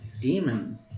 Demons